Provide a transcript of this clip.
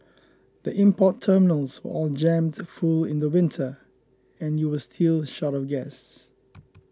the import terminals were all jammed full in the winter and you were still short of gas